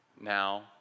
now